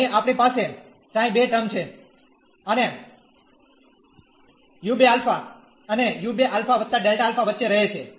અહીં આપણી પાસે ξ2 ટર્મ છે અને u2α અને u2α Δ α વચ્ચે રહે છે